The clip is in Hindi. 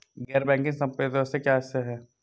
गैर बैंकिंग संपत्तियों से क्या आशय है?